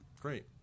Great